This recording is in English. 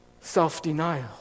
self-denial